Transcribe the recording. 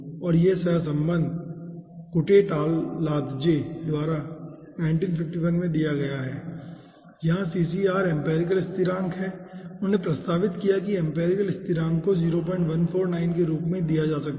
और यह सहसंबंध कुटटेलादजे द्वारा 1951 में दिया गया है यहाँ एम्पिरिकल स्थिरांक है और उन्होंने प्रस्तावित किया है कि एम्पिरिकल स्थिरांक को 0149 के रूप में लिया जा सकता है